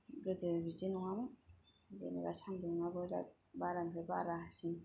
गोदो बिदि नङामोन जेनेबा सान्दुंआबो बिराद बारानिफ्राय बारासिन